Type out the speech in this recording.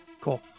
cool